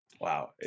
Wow